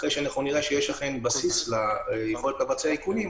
אחרי שנראה שיש בסיס ליכולת לבצע איכונים,